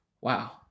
Wow